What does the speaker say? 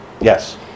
Yes